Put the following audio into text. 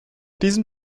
diesen